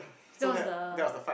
that was the